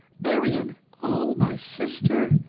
marion! oh, my sister! oh,